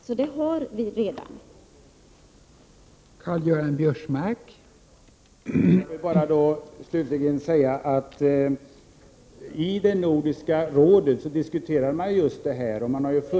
Vi har alltså redan mångfald.